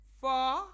four